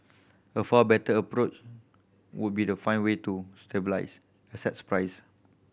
a far better approach would be to find way to asset price